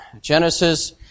Genesis